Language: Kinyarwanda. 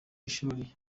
ishuli